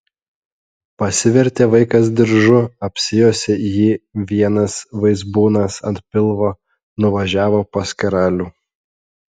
pasivertė vaikas diržu apsijuosė jį vienas vaizbūnas ant pilvo nuvažiavo pas karalių